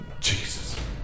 Jesus